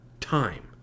time